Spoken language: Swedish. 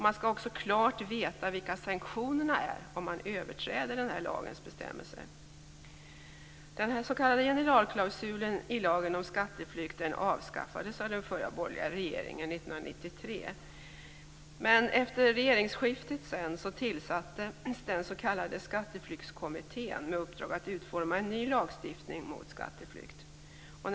Man skall också klart veta vilka sanktionerna är om man överträder lagens bestämmelser. Men efter regeringsskiftet tillsattes sedan den s.k. Skatteflyktskommittén med uppdrag att utforma en ny lagstiftning mot skatteflykt.